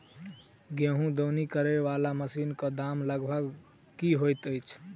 गेंहूँ दौनी करै वला मशीन कऽ दाम लगभग की होइत अछि?